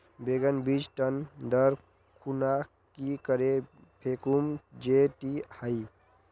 बैगन बीज टन दर खुना की करे फेकुम जे टिक हाई?